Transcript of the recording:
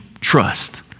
trust